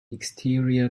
exterior